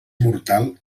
mortal